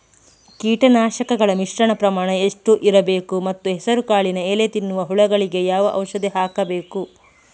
ಕೀಟನಾಶಕಗಳ ಮಿಶ್ರಣ ಪ್ರಮಾಣ ಎಷ್ಟು ಇರಬೇಕು ಮತ್ತು ಹೆಸರುಕಾಳಿನ ಎಲೆ ತಿನ್ನುವ ಹುಳಗಳಿಗೆ ಯಾವ ಔಷಧಿ ಹಾಕಬೇಕು?